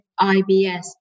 IBS